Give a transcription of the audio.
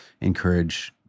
encourage